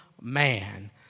man